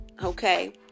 Okay